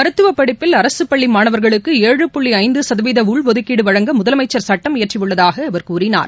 மருத்துவப் படிப்பில் அரசு பள்ளி மாணவர்களுக்கு ஏழு புள்ளி ஐந்து சதவீத உள்ஒதுக்கீடு வழங்க முதலமைச்சர் சட்டம் இயற்றியுள்ளதாக அவர் கூறினார்